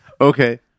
Okay